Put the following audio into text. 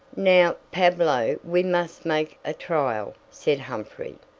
now, pablo, we must make a trial, said humphrey.